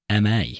MA